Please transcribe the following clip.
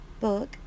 book